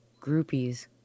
groupies